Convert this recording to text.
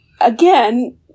again